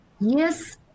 yes